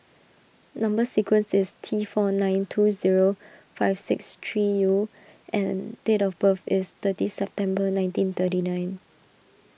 Number Sequence is T four nine two zero five six three U and date of birth is thirty September nineteen thirty nine